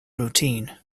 routine